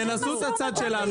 דוד, תנסו את הצד שלנו.